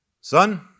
Son